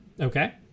Okay